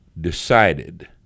decided